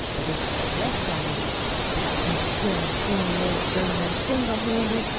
but it's the rest i mean about his killin' twenty-eight germans single-handed,